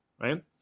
right